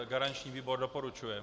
Garanční výbor doporučuje.